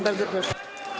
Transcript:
Bardzo proszę.